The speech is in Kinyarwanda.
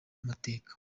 amateka